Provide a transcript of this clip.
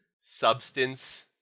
substance